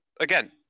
again